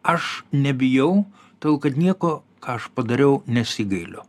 aš nebijau todėl kad nieko ką aš padariau nesigailiu